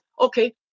Okay